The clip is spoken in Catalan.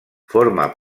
forma